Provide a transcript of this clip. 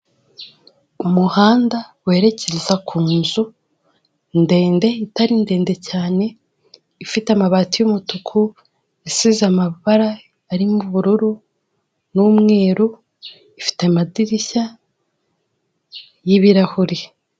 Umuhanda werekeza ku nzu ndende itari ndende cyane, ifite amabati y'umutuku isize amabara arimo ubururu n'umweru ifite amadirishya y'ibirahuri.